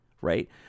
Right